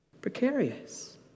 precarious